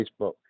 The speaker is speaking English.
Facebook